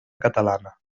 catalana